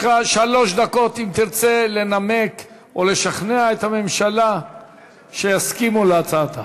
יש לך שלוש דקות אם תרצה לנמק או לשכנע את הממשלה שתסכים להצעת החוק.